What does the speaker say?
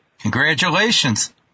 Congratulations